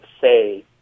say